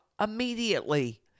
immediately